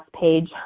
page